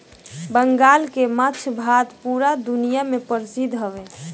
बंगाल के माछ भात पूरा दुनिया में परसिद्ध हवे